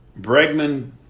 Bregman